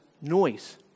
noise